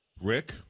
Rick